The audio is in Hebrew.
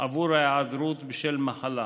עבור היעדרות בשל מחלה,